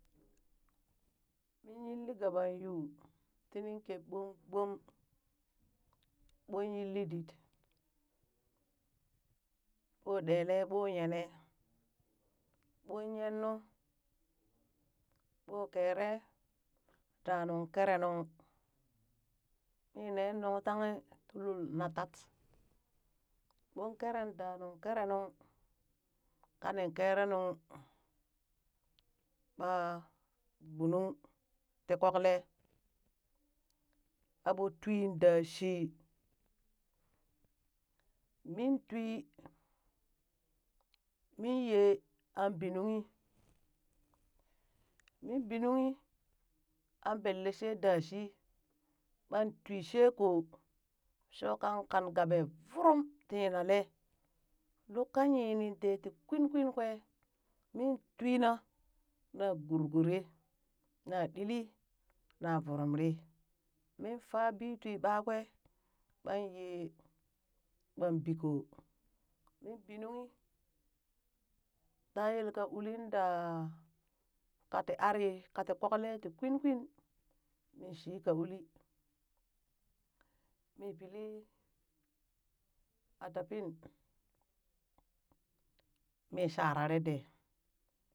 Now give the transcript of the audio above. Min yilli gaba yuu tinin keb ɓoon gboom, ɓon yilli did ɓo ɗeelee ɓoo nyenee ɓon nyennu ɓoo keere da nuŋ keere nuŋ, min nee nungtahe tii lul natat ɓon keeren da nuŋ keere nuŋ kanin keere nuŋ ɓaa gbununng tii kokle ɓaa ɓoo twiin daa shii min twii min yee ɓan bi nunghi min ɓi nunghi ɓan bellee shee da shii ɓang twii shee koo shoo kang gabe vorom ti yinalee luk ka yinin dee ti kwin kwin kwee min twii na na gurgoree na ɗili na vorom rii miin faa bii twi ɓakwee ɓang yee ɓan bii koo min bii nunghi taa yelka uli da ka ti ari kati kokle ti kwin kwin mi shika uli mii pili atapin mii sharare dee.